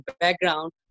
background